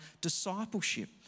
discipleship